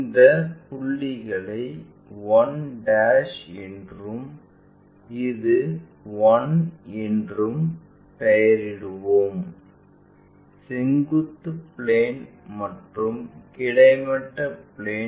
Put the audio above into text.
இந்த புள்ளிகளை 1 என்றும் இது 1 என்றும் பெயரிடுவோம் செங்குத்து பிளேன் மற்றும் கிடைமட்ட பிளேன்